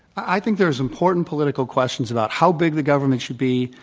i think there is important political questions about how big the government should be,